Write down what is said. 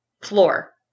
Floor